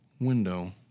Window